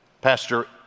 Pastor